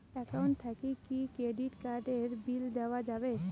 Account থাকি কি credit card এর বিল দেওয়া যাবে?